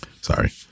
sorry